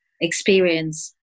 experience